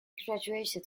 graduated